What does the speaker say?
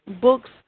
books